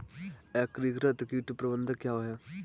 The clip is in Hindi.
एकीकृत कीट प्रबंधन क्या है?